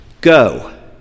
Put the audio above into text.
Go